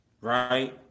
Right